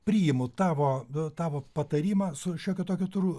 priimu tavo e tavo patarimą su šiokiu tokiu tru